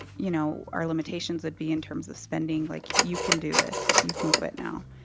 you know, our limitations would be in terms of spending. like, you can do this. you can quit now.